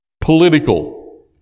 Political